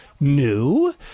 new